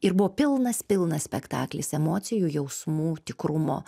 ir buvo pilnas pilnas spektaklis emocijų jausmų tikrumo